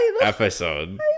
episode